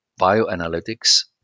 bioanalytics